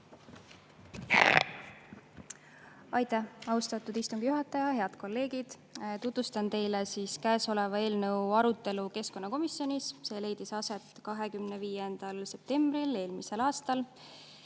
Aitäh, austatud istungi juhataja! Head kolleegid! Tutvustan teile eelnõu arutelu keskkonnakomisjonis. See leidis aset 25. septembril eelmisel aastal.